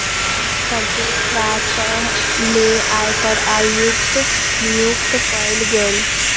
प्रत्येक प्रांत ले आयकर आयुक्त नियुक्त कइल गेलय